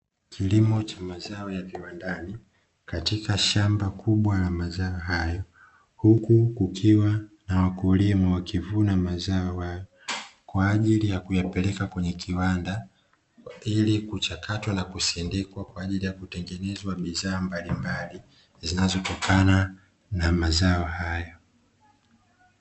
Kilimo cha mazao ya viwandani katika shamba kubwa la mazao hayo hukiwa na wakulima wakivuna mazao hayo, kwa ajili ya kuyapeleka kwenye kiwanda ili kuchakatwa na kusindikwa kwa ajili ya kutengeneza bidhaa mbalimbali zinazotokana na mazao hayo.